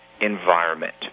environment